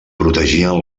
protegien